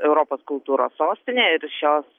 europos kultūros sostinė ir šios